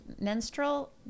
menstrual